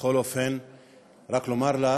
ובכל אופן רק לומר לך,